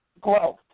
growth